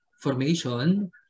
formation